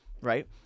Right